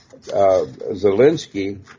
Zelensky